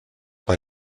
bei